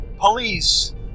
police